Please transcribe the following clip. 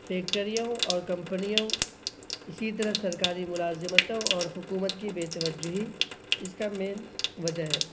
فیکٹریوں اور کمپنیوں اسی طرح سرکاری ملازمتوں اور حکومت کی بےتوجہی اس کا مین وجہ ہے